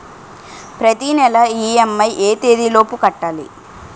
ప్రతినెల ఇ.ఎం.ఐ ఎ తేదీ లోపు కట్టాలి?